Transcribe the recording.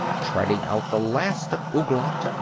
treading out the last of ouglat,